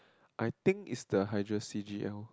I think it's the hydra C_G_L